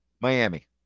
Miami